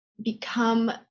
become